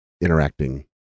interacting